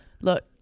look